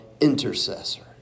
intercessor